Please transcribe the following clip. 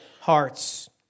hearts